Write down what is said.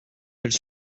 elles